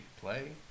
play